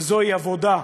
וזוהי עבודה.